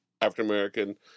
african-american